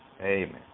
Amen